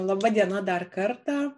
laba diena dar kartą